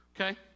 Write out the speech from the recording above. okay